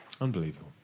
Unbelievable